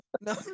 No